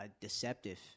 deceptive